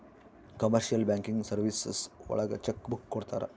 commercial banking services ಒಳಗ cheque book ಕೊಡ್ತಾರ